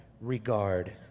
regard